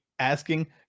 Asking